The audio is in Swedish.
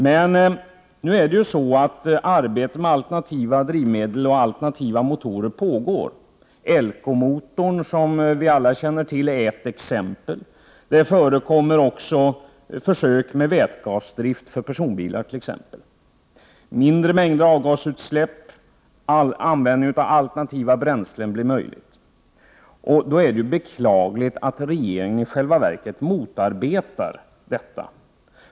Men arbetet med alternativa drivmedel och alternativa motorer pågår. Elkomotorn, som vi alla känner till, är ett exempel. Det förekommer också försök med vätgasdrift för personbilar. Mindre mängder av avgasutsläpp och användning av alternativa bränslen blir då möjliga. Då är det beklagligt att regeringen i själva verket motarbetar detta.